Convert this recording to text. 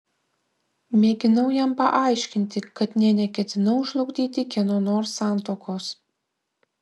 mėginau jam paaiškinti kad nė neketinau žlugdyti kieno nors santuokos